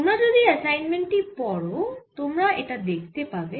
তোমরা যদি অ্যাসাইনমেন্ট টি পড়ো তোমরা এটা দেখতে পাবে